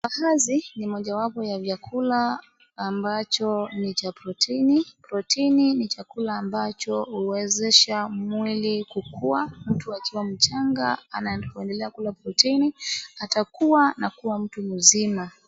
Mbaazi, ni mojawapo ya vyakula ambacho ni cha protini, protini ni chakula ambacho huwezesha mwili kukua. Mtu akiwa mchanga anapoendelea kula protini atakua na kuwa mtu mzima.